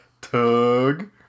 tug